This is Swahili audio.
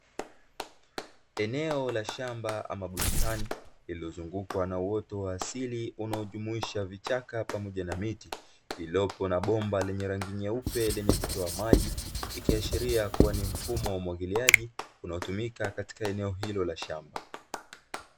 Eneo la shamba ama bustani lililozungukwa na uoto wa asili unaojumuisha vichaka pamoja na miti iliyopo na bomba lenye rangi nyeupe, lenye kutoa maji ikiashiria kuwa ni mfumo wa umwagiliaji unaotumika katika eneo hilo la shamba.